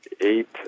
eight